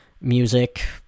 music